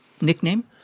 Nickname